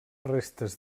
restes